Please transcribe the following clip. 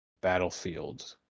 Battlefield